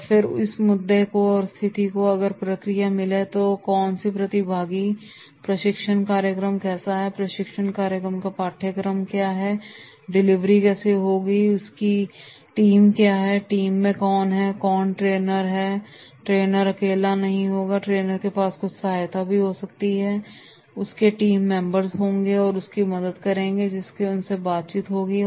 और फिर इस मुद्दे पर या स्थिति पर अगर प्रक्रिया मिले कि कौन प्रतिभागी हैंप्रशिक्षण कार्यक्रम कैसा है प्रशिक्षण कार्यक्रम का पाठ्यक्रम क्या है प्रशिक्षण कार्यक्रम की डिलीवरी कैसे होगी प्रशिक्षण टीम कैसीटीम में कौन हैंक्योंकि ट्रेनर अकेला नहीं होगा ट्रेनर के पास कुछ सहायता होगीउसके टीम मेंबर्स होंगे जो उसकी मदद करेंगे और जिनका उनसे बातचीत रहेगी